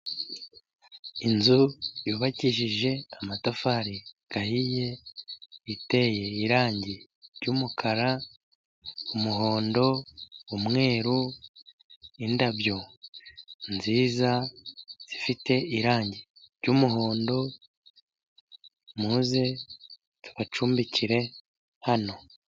Inzu yubakijije amatafari ahiye, iteye irangi ry'umukara, umuhondo, umweru, indabyo nziza, zifite irangi ry'umuhondo, muze tubacumbikire hano.